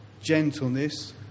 gentleness